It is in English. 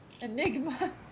Enigma